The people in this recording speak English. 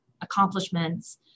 accomplishments